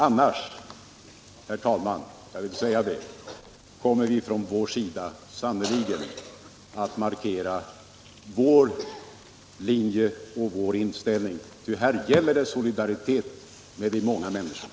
Annars, herr talman, kommer vi sannerligen att markera vår linje och vår inställning. Här gäller det solidariteten med de många människorna.